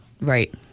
Right